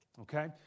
Okay